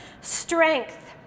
strength